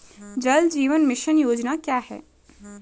जल जीवन मिशन योजना क्या है?